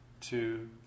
two